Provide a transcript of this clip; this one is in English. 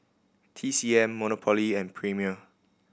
T C M Monopoly and Premier